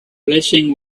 blessing